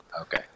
Okay